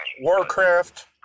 Warcraft